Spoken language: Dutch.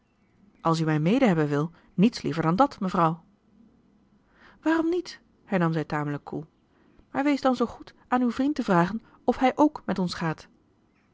als u mij mede hebben wil niets liever dan dat mevrouw waarom niet hernam zij tamelijk koel maar wees dan zoo goed aan uw vriend te vragen of hij ook met ons gaat